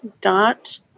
dot